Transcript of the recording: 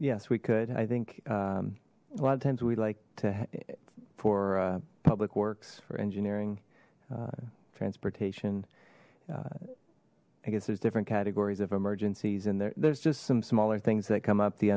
yes we could i think a lot of times we like to for public works for engineering transportation i guess there's different categories of emergencies and there there's just some smaller things that come up the